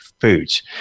foods